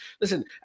Listen